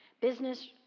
Business